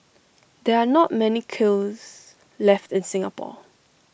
there are not many kilns left in Singapore